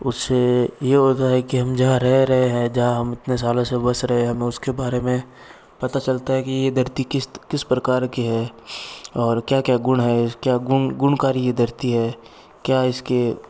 उससे यह होता है की हम जहाँ रह रहे है जहाँ हम इतने साल से बस रहे है हमें उसके बारे में पता चलता हैं कि ये धरती किस किस प्रकार की है और क्या क्या गुण है क्या गुण गुणकारी धरती है क्या है इसके